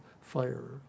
fire